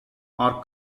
are